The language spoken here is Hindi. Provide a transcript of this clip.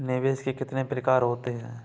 निवेश के कितने प्रकार होते हैं?